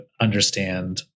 understand